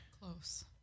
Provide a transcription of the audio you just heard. close